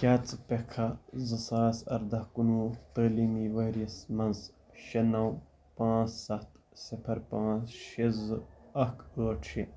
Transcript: کیٛاہ ژٕ پیٚکھا زٕ ساس اَرداہ کُنہٕ وُہ تعلیٖمی ؤرۍ یَس مَنٛز شیٚے نو پانٛژھ سَتھ صِفر پانٛژھ شیٚے زٕ اکھ ٲٹھ شیٚے